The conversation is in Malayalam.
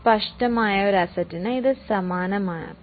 ഒരു റ്റാൻജിബിൾ അസറ്റിന് സമാനമാണ് ഇത്